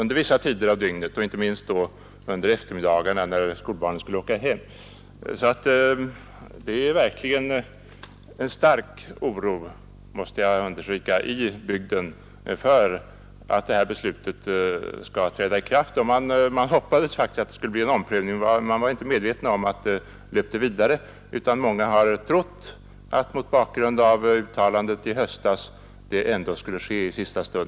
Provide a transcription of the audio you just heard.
Det är ju framför allt mycket stark 23 gandens innebörd jämfört med